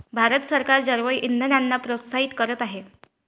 भारत सरकार जैवइंधनांना प्रोत्साहित करीत आहे